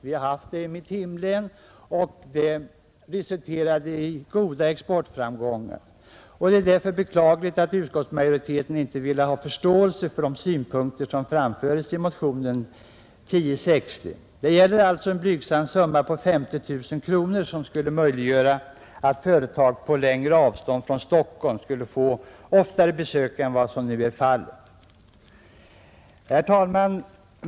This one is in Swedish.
Vi har haft sådana i mitt hemlän, och de har resulterat i goda exportframgångar. Det är därför beklagligt att utskottsmajoriteten inte har förståelse för de synpunkter som framföres i motionen 1060. Det gäller en blygsam summa på 50 000 kronor, som skulle möjliggöra att företag på längre avstånd från Stockholm oftare skulle få besök än vad som nu är fallet. Herr talman!